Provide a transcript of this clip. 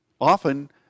often